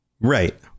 right